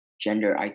gender